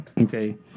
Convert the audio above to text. Okay